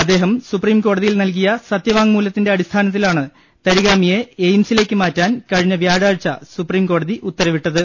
അദ്ദേഹം സുപ്രീംകോടതിയിൽ നൽകിയ സത്യവാങ്മൂല ത്തിന്റെ അടിസ്ഥാനത്തിലാണ് തരിഗാമിയെ എയിംസിലേക്ക് മാറ്റാൻ കഴിഞ്ഞ വ്യാഴാഴ്ച സുപ്രീംകോടതി ഉത്തരവിട്ടത്